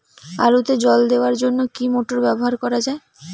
আলুতে জল দেওয়ার জন্য কি মোটর ব্যবহার করা যায়?